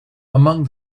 among